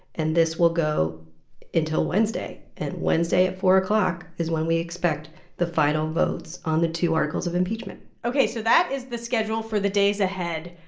and this will go until wednesday. and wednesday at four o'clock is when we expect the final votes on the two articles of impeachment ok. so that is the schedule for the days ahead.